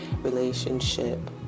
relationship